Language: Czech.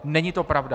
Není to pravda.